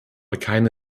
keine